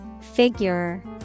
Figure